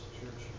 church